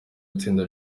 itsinda